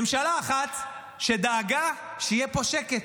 ממשלה אחת שדאגה שיהיה פה שקט,